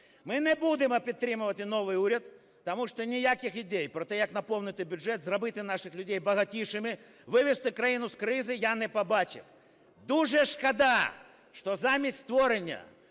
Ми не будемо підтримувати новий уряд, потому что ніяких ідей про те, як наповнити бюджет, зробити наших людей багатішими, вивести країну з кризи, я не побачив. Дуже шкода, що замість створення